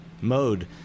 mode